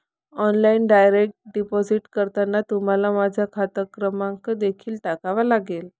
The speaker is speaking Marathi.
ऑनलाइन डायरेक्ट डिपॉझिट करताना तुम्हाला माझा खाते क्रमांक देखील टाकावा लागेल